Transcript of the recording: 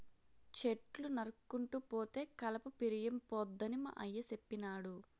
చెట్లు నరుక్కుంటూ పోతే కలప పిరియంపోద్దని మా అయ్య సెప్పినాడు